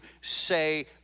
say